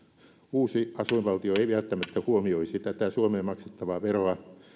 uusi asuinvaltio ei välttämättä huomioisi tätä suomeen maksettavaa veroa